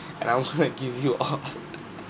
announcement give you all